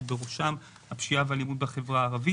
ובראשם הפשיעה והאלימות בחברה הערבית.